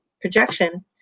projection